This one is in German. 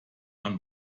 man